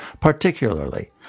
Particularly